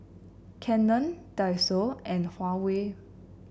Canon Daiso and Huawei